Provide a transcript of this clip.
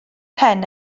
pen